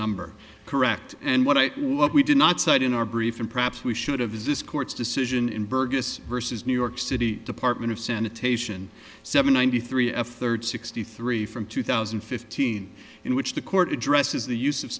number correct and what i what we did not cite in our brief and perhaps we should have is this court's decision in burgas vs new york city department of sanitation seven ninety three f third c sixty three from two thousand and fifteen in which the court addresses the us